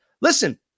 Listen